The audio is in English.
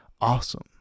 awesome